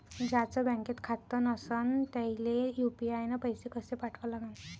ज्याचं बँकेत खातं नसणं त्याईले यू.पी.आय न पैसे कसे पाठवा लागन?